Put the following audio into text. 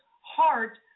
heart